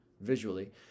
visually